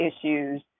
issues